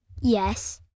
Yes